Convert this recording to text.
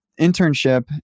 internship